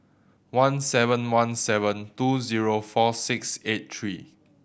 one seven one seven two zero four six eight three